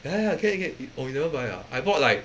ya ya 可以可以 oh you never buy ah I bought like